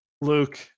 luke